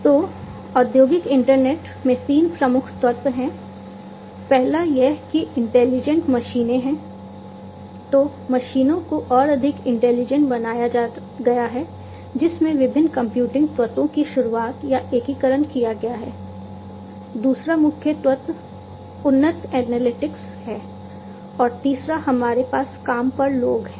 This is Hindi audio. तो औद्योगिक इंटरनेट में तीन प्रमुख तत्व हैं पहला यह कि इंटेलिजेंट है और तीसरा हमारे पास काम पर लोग हैं